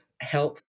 help